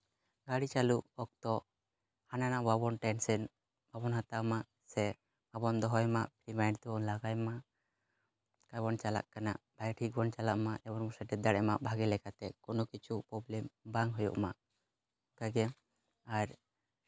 ᱜᱟᱹᱰᱤ ᱪᱟᱹᱞᱩ ᱚᱠᱛᱚ ᱦᱟᱱᱟ ᱱᱚᱣᱟ ᱵᱟᱵᱚᱱ ᱴᱮᱱᱥᱮᱱ ᱵᱟᱵᱚᱱ ᱦᱟᱛᱟᱣᱢᱟ ᱥᱮ ᱵᱟᱵᱚᱱ ᱫᱚᱦᱚᱭᱢᱟ ᱮᱵᱷᱮᱱᱴ ᱛᱮᱵᱚᱱ ᱞᱟᱜᱟᱭᱢᱟ ᱚᱠᱟ ᱵᱚᱱ ᱪᱟᱞᱟᱜ ᱠᱟᱱᱟ ᱵᱷᱟᱜᱮ ᱴᱷᱤᱠ ᱵᱚᱱ ᱪᱟᱞᱟᱜ ᱢᱟ ᱮᱵᱚᱝ ᱥᱮᱴᱮᱨ ᱫᱟᱲᱮᱭᱟᱜ ᱢᱟ ᱵᱷᱟᱜᱮ ᱞᱮᱠᱟᱛᱮ ᱠᱳᱱᱳ ᱠᱤᱪᱷᱩ ᱯᱨᱚᱵᱞᱮᱢ ᱵᱟᱝ ᱦᱩᱭᱩᱜ ᱢᱟ ᱚᱱᱠᱟᱜᱮ ᱟᱨ